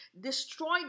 destroyed